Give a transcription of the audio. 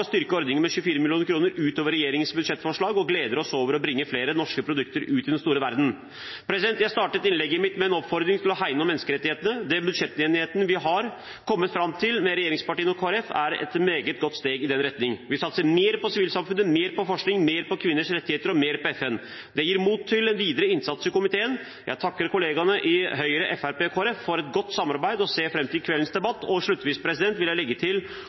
styrke ordningen med 24 mill. kr utover regjeringens budsjettforslag, og gleder oss over å bringe flere norske produkter ut i den store verden. Jeg startet innlegget mitt med en oppfordring om å hegne om menneskerettighetene. Den budsjettenigheten vi har kommet fram til med regjeringspartiene og Kristelig Folkeparti, er et meget godt steg i den retningen. Vi satser mer på sivilsamfunnet, mer på forskning, mer på kvinners rettigheter og mer på FN. Det gir mot til videre innsats i komiteen. Jeg takker kollegaene i Høyre, Fremskrittspartiet og Kristelig Folkeparti for et godt samarbeid, og ser fram til kveldens debatt. Avslutningsvis vil jeg legge til